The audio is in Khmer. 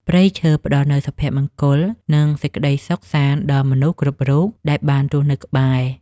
ព្រៃឈើផ្តល់នូវសុភមង្គល និងសេចក្តីសុខសាន្តដល់មនុស្សគ្រប់រូបដែលបានរស់ក្បែរ។